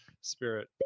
spirit